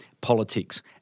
politics